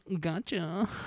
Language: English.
gotcha